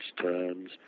turns